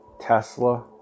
Tesla